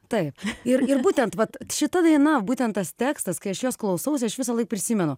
taip ir ir būtent vat šita daina būtent tas tekstas kai aš jos klausausi aš visąlaik prisimenu